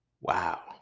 Wow